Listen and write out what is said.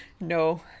no